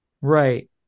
right